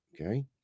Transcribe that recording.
okay